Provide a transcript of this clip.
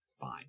Fine